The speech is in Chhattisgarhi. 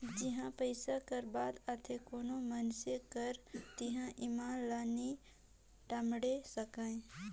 जिहां पइसा कर बात आथे कोनो मइनसे कर तिहां ईमान ल नी टमड़े सकाए